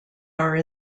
are